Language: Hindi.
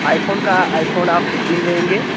आईफ़ोन का आईफ़ोन आप फिफ्टी लेंगे